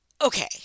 Okay